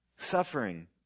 Suffering